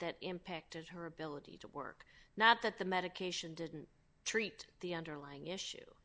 that impacted her ability to work not that the medication didn't treat the underlying issue